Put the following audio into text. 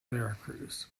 veracruz